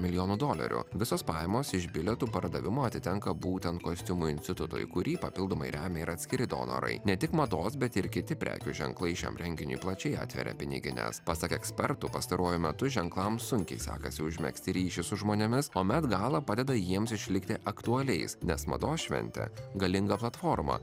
milijonų dolerių visos pajamos iš bilietų pardavimo atitenka būtent kostiumų institutui kurį papildomai remia ir atskiri donorai ne tik mados bet ir kiti prekių ženklai šiam renginiui plačiai atveria pinigines pasak ekspertų pastaruoju metu ženklams sunkiai sekasi užmegzti ryšį su žmonėmis o met gala padeda jiems išlikti aktualiais nes mados šventė galinga platforma